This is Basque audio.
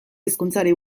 hizkuntzari